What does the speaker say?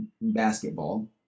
Basketball